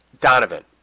Donovan